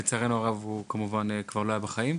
לצערנו הרב הוא כבר לא היה בחיים.